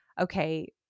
okay